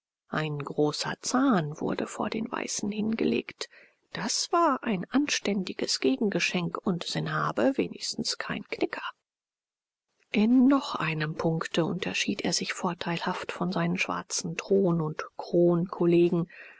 ein großer zahn wurde vor den weißen hingelegt das war ein anständiges gegengeschenk und sanhabe wenigstens kein knicker in noch einem punkte unterschied er sich vorteilhaft von seinen schwarzen thron und